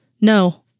No